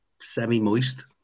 semi-moist